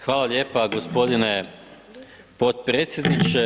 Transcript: Hvala lijepa gospodine potpredsjedniče.